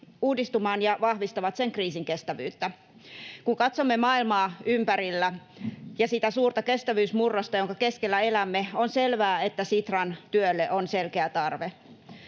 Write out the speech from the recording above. uudistumaan ja vahvistavat sen kriisinkestävyyttä. Kun katsomme maailmaa ympärillä ja sitä suurta kestävyysmurrosta, jonka keskellä elämme, on selvää, että Sitran työlle on selkeä tarve.